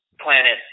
planet